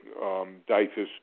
Difus